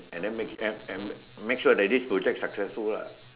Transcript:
and then make and and make sure that this project successful ah